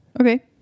Okay